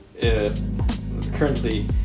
currently